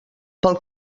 pel